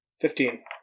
Fifteen